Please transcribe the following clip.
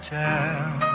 tell